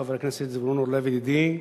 חבר הכנסת זבולון אורלב ידידי,